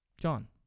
John